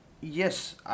Yes